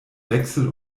wechsel